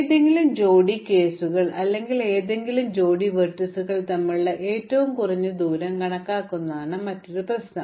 ഏതെങ്കിലും ജോഡി കേസുകൾ അല്ലെങ്കിൽ ഏതെങ്കിലും ജോഡി വെർട്ടീസുകൾ തമ്മിലുള്ള ഏറ്റവും കുറഞ്ഞ ദൂരം കണക്കുകൂട്ടുന്നതാണ് മറ്റൊരു പ്രശ്നം